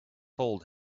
told